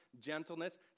gentleness